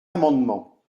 amendement